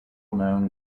known